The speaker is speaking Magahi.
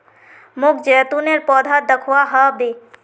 मोक जैतूनेर पौधा दखवा ह बे